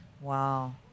wow